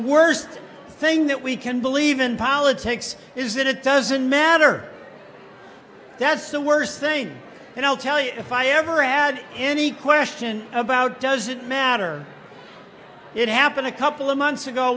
worst thing that we can believe in politics is that it doesn't matter that's the worst thing and i'll tell you if i ever had any question about does it matter it happened a couple of months ago